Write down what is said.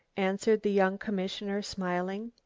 answered the young commissioner, smiling.